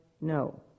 no